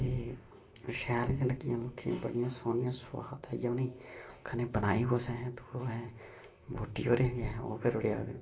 ते शैल गै लग्गियां लोकें गी बड़ी सोह्नियां सोआद आइया उ'नें ई कन्नै बनाई कुस अहें तो बुढ्ढी होरें बी ऐहें ओह् करी ओड़ेआ